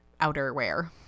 outerwear